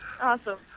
Awesome